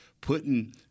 putting –